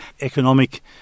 economic